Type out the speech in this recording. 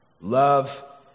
Love